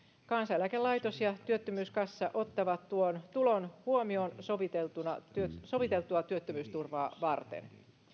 kansaneläkelaitos ja työttömyyskassa ottavat tuon tulon huomioon soviteltua soviteltua työttömyysturvaa varten